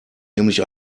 nämlich